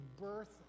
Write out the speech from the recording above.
birth